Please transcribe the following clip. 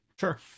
Sure